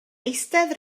eistedd